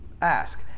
ask